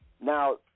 now